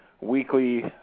weekly